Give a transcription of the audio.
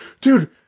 Dude